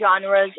genres